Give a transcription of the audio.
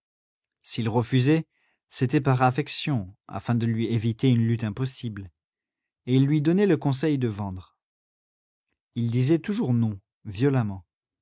s'ils refusaient c'était par affection afin de lui éviter une lutte impossible et ils lui donnaient le conseil de vendre il disait toujours non violemment